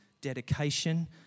dedication